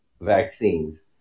vaccines